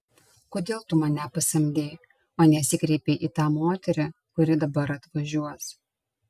kodėl tu mane pasamdei o nesikreipei į tą moterį kuri dabar atvažiuos